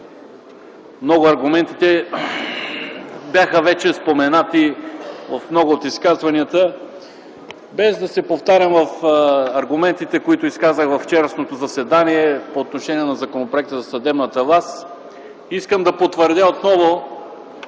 много от аргументите, те бяха вече споменати в много от изказванията. Без да се повтарям в аргументите, които изказах на вчерашното заседание по отношение на Законопроекта за съдебната власт, искам да потвърдя отново